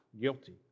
guilty